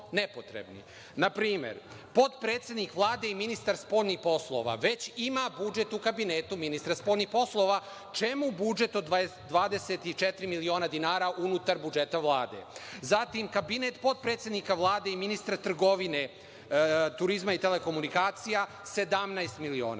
Na primer, potpredsednik Vlade i ministar spoljnih poslova već ima budžet u Kabinetu ministra spoljnih poslova. Čemu budžet od 24 miliona dinara unutar budžeta Vlade? Zatim, Kabinet potpredsednika Vlade i ministra trgovine, turizma i telekomunikacija - 17 miliona.